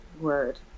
word